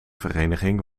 vereniging